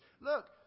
Look